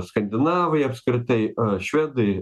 skandinavai apskritai švedai